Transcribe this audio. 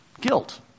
Guilt